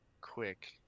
quick